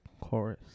chorus